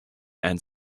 and